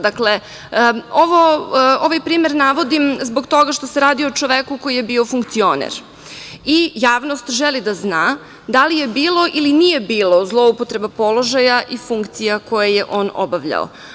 Dakle, ovaj primer navodim zbog toga što se radi o čoveku koji je bio funkcioner, i javnost želi da zna da li je bilo ili nije bilo zloupotrebe položaja i funkcija koje je on obavljao.